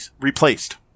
replaced